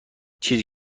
چیزی